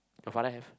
your father have